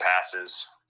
passes